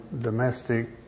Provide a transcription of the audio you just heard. domestic